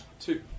two